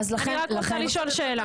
אני רק רוצה לשאול שאלה.